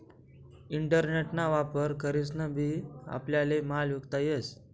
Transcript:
internet ना वापर करीसन बी आपल्याले माल विकता येस